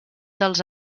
dels